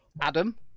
adam